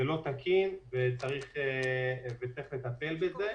זה לא תקין, צריך לטפל בזה.